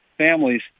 families